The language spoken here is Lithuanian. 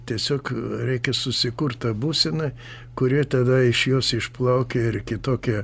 tiesiog reikia susikurtą būseną kurie tada iš jos išplaukia ir kitokią